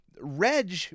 Reg